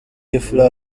fla